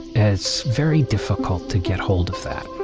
it's very difficult to get hold of that.